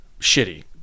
shitty